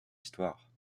histoire